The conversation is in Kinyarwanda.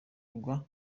uruganda